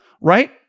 right